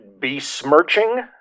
besmirching